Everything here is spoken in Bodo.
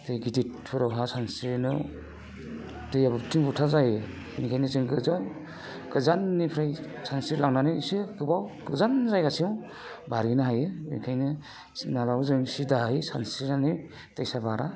दै गिदिरफोरावहा सानस्रिनो दैया बुथिं बुथा जायो बिनिखायनो जों गोजान गोजाननिफ्राय सानस्रिलांनानै एसे गोबाव गोजान जायगासोआव बारहैनो हायो बेनिखायनो माब्लाबाबो जों सिदाहै सानस्रिनानै दैसा बारा